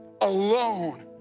alone